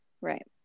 Right